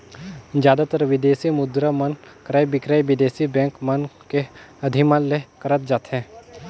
जादातर बिदेसी मुद्रा मन क्रय बिक्रय बिदेसी बेंक मन के अधिमन ले करत जाथे